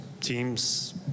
teams